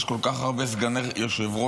יש כל כך הרבה סגני יושב-ראש,